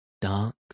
dark